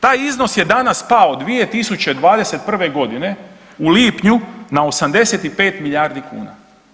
Taj iznos je danas pao 2021.g. u lipnju na 85 milijardi kuna.